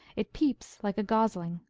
it peeps like a gosling.